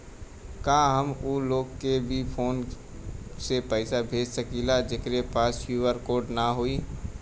का हम ऊ लोग के भी फोन से पैसा भेज सकीला जेकरे पास क्यू.आर कोड न होई?